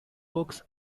books